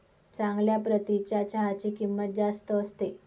चांगल्या प्रतीच्या चहाची किंमत जास्त असते